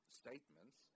statements